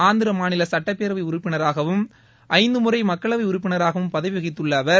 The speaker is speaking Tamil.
ஆந்திர மாநில சட்டப்பேரவை உறுப்பினராகவும் ஐந்து முறை மக்களவை உறுப்பினராகவும் பதவி வகித்துள்ள அவர்